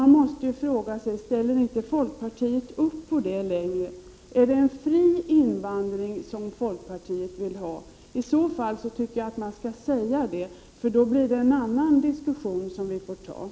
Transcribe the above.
Man måste fråga sig om folkpartiet inte ställer sig bakom den reglerade invandringen längre. Är det en fri invandring som folkpartiet vill ha? I så fall tycker jag att man skall säga det, för då blir det en annan diskussion vi skall föra.